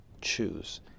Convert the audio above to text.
choose